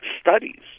studies